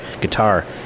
guitar